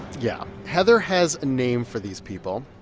yeah heather has a name for these people.